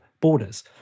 borders